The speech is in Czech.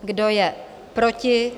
Kdo je proti?